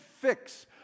fix